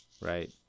right